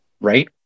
Right